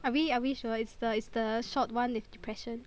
are we are we sure it's the it's the short one with depression